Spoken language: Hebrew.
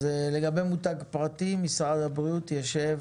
אז לגבי מותג הפרטי, משרד הבריאות ישב